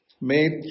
made